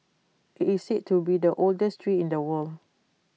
IT is said to be the oldest tree in the world